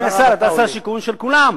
אדוני השר, אתה שר השיכון של כולם.